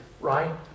right